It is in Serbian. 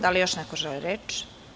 Da li još neko želi reč?